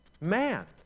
Man